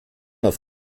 auf